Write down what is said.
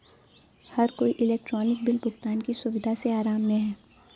हर कोई electronic bill भुगतान की सुविधा से आराम में है